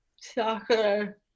soccer